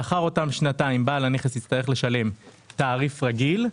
לאחר אותן שנתיים בעל הנכס יצטרך לשלם תעריף רגיל,